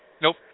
Nope